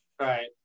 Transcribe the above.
Right